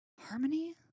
Harmony